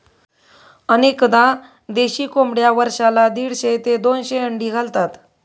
अनेकदा देशी कोंबड्या वर्षाला दीडशे ते दोनशे अंडी घालतात